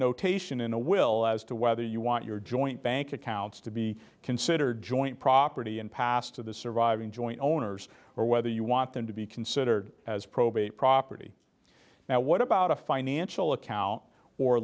notation in a will as to whether you want your joint bank accounts to be considered joint property and passed to the surviving joint owners or whether you want them to be considered as probate property now what about a financial account or